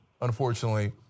unfortunately